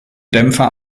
dämpfer